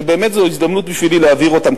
שבאמת זו הזדמנות בשבילי להבהיר אותם,